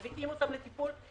מביאים אותן לטיפול,